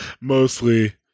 Mostly